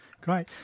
Great